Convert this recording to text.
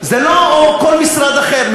או כל משרד אחר,